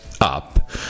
up